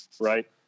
right